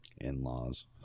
in-laws